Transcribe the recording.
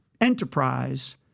enterprise